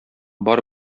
бар